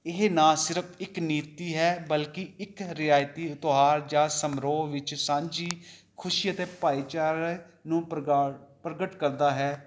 ਇਹ ਨਾ ਸਿਰਫ਼ ਇੱਕ ਨੀਤੀ ਹੈ ਬਲਕਿ ਇੱਕ ਰਿਵਾਇਤੀ ਤਿਉਹਾਰ ਜਾਂ ਸਮਾਰੋਹ ਵਿੱਚ ਸਾਂਝੀ ਖੁਸ਼ੀ ਅਤੇ ਭਾਈਚਾਰੇ ਨੂੰ ਪ੍ਰਗਾ ਪ੍ਰਗਟ ਕਰਦਾ ਹੈ